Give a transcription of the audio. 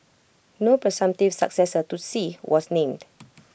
no presumptive successor to Xi was named